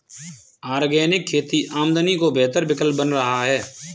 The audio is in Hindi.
ऑर्गेनिक खेती आमदनी का बेहतर विकल्प बन रहा है